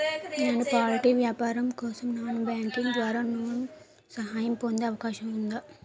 నేను పౌల్ట్రీ వ్యాపారం కోసం నాన్ బ్యాంకింగ్ ద్వారా లోన్ సహాయం పొందే అవకాశం ఉందా?